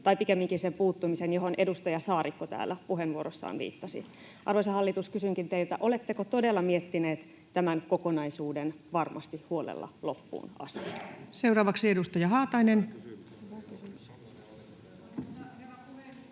tai pikemminkin sen puuttumiseen, johon edustaja Saarikko täällä puheenvuorossaan viittasi. Arvoisa hallitus, kysynkin teiltä: oletteko todella miettineet tämän kokonaisuuden varmasti huolella loppuun asti? Seuraavaksi edustaja Haatainen. Arvoisa